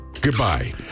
Goodbye